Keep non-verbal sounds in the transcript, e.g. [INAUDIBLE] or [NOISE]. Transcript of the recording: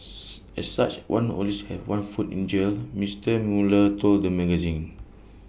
[NOISE] as such one always has one foot in jail Mister Mueller told the magazine